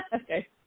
Okay